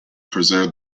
preserved